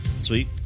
Sweet